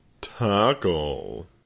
tackle